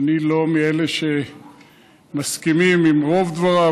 ואני לא מאלה שמסכימים עם רוב דבריו,